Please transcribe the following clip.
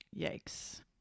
Yikes